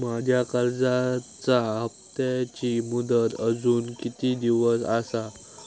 माझ्या कर्जाचा हप्ताची मुदत अजून किती दिवस असा?